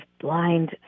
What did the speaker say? blind